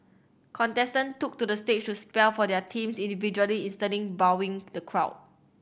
contestant took to the stage to spell for their teams individually instantly wowing the crowd